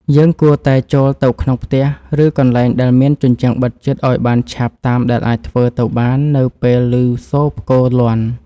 យើងគួរតែចូលទៅក្នុងផ្ទះ ឬកន្លែងដែលមានជញ្ជាំងបិទជិតឱ្យបានឆាប់តាមដែលអាចធ្វើទៅបាននៅពេលឮសូរផ្គរលាន់។